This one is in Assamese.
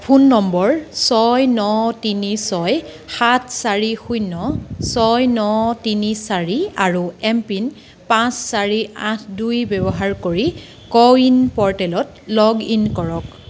ফোন নম্বৰ ছয় ন তিনি ছয় সাত চাৰি শূন্য ছয় ন তিনি চাৰি আৰু এম পিন পাঁচ চাৰি আঠ দুই ব্যৱহাৰ কৰি কো ৱিন প'ৰ্টেলত লগ ইন কৰক